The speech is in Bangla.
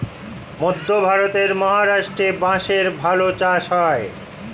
মধ্যে ভারতের মহারাষ্ট্রে বাঁশের ভালো চাষ হয়